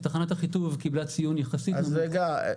תחנת אחיטוב קיבלה ציון יחסית נמוך.